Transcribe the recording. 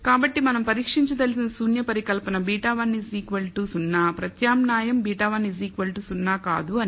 కాబట్టి మనం పరీక్షించదలిచిన శూన్య పరికల్పన β1 0 ప్రత్యామ్నాయం β1 0 కాదు అని